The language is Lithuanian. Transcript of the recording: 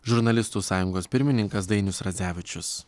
žurnalistų sąjungos pirmininkas dainius radzevičius